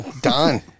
Done